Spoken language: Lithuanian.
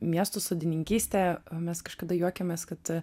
miesto sodininkystė mes kažkada juokėmės kad